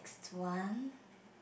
next one